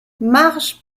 marge